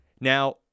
Now